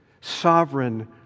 sovereign